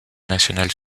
nationale